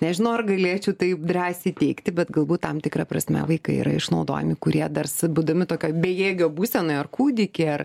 nežinau ar galėčiau taip drąsiai teigti bet galbūt tam tikra prasme vaikai yra išnaudojami kurie dar būdami tokioj bejėgio būsenoj ar kūdikiai ar